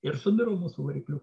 ir subiro mūsų vakirliukas